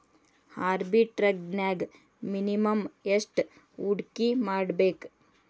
ಆರ್ಬಿಟ್ರೆಜ್ನ್ಯಾಗ್ ಮಿನಿಮಮ್ ಯೆಷ್ಟ್ ಹೂಡ್ಕಿಮಾಡ್ಬೇಕ್?